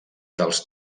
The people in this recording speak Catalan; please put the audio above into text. dels